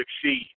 succeed